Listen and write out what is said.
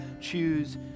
choose